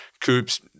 coops